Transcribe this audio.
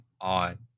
on